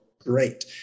great